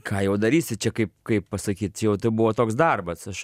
ką jau darysi čia kaip kaip pasakyt čia jau buvo toks darbas aš